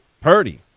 Purdy